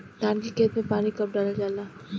धान के खेत मे पानी कब डालल जा ला?